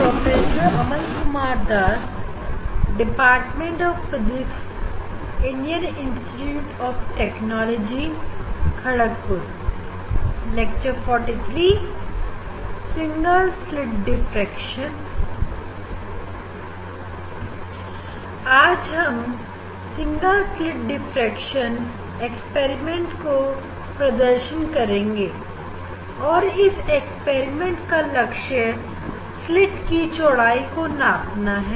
आज हम single slit diffraction प्रयोग को प्रदर्शन करेंगे और इस प्रयोग का लक्ष्य स्लीट की चौड़ाई को नापना है